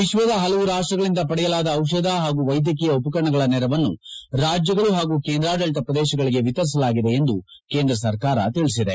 ವಿಶ್ವದ ಪಲವು ರಾಷ್ಟಗಳಿಂದ ಪಡೆಯಲಾದ ಔಷಧ ಹಾಗೂ ವೈದ್ಯಕೀಯ ಉಪಕರಣಗಳ ನೆರವನ್ನು ರಾಜ್ಯಗಳು ಹಾಗೂ ಕೇಂದ್ರಾಡಳಿತ ಪ್ರದೇಶಗಳಿಗೆ ವಿತರಿಸಲಾಗಿದೆ ಎಂದು ಕೇಂದ್ರ ಸರ್ಕಾರ ತಿಳಿಸಿದೆ